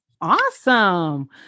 Awesome